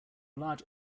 large